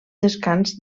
descans